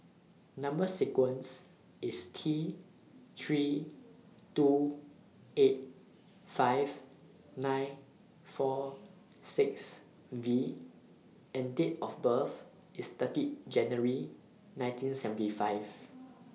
Number sequence IS T three two eight five nine four six V and Date of birth IS thirty January nineteen seventy five